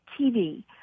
TV